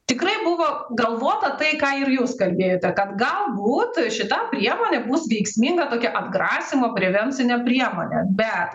tikrai buvo galvota tai ką ir jūs kalbėjote kad galbūt šita priemonė bus veiksminga tokia atgrasymo prevencinė priemonė bet